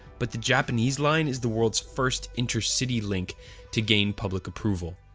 but the japanese line is the world's first intercity link to gain public approval.